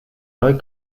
neu